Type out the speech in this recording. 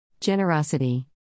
Generosity